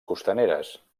costaneres